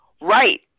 Right